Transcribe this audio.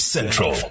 Central